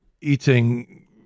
eating